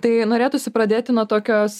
tai norėtųsi pradėti nuo tokios